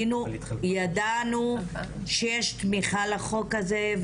ידענו שיש תמיכה לחוק הזה,